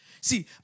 See